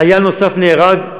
חייל נוסף נהרג,